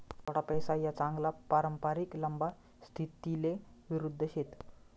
थोडा पैसा या चांगला पारंपरिक लंबा स्थितीले विरुध्द शेत